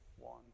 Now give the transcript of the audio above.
One